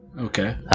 Okay